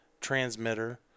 transmitter